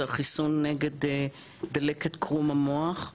זה החיסון נגד דלקת קרום המוח.